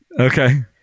Okay